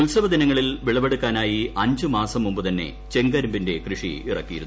ഉത്സവ ദിനങ്ങളിൽ വിളവെടുക്കാനായി അഞ്ച് മാസം മുമ്പ് തന്നെ ചെങ്കരിമ്പിന്റെ കൃഷി ഇറക്കിയിരുന്നു